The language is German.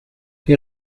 die